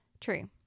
True